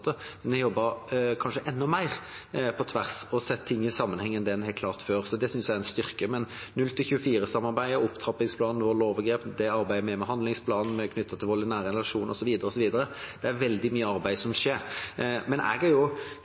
har jobbet kanskje enda mer på tvers og sett ting mer i sammenheng enn det man har klart før, og det synes jeg er en styrke. 0–24-samarbeidet, opptrappingsplanen mot vold og overgrep, det arbeidet vi har med handlingsplanen knyttet til vold i nære relasjoner, osv. – det er veldig mye arbeid som skjer.